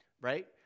right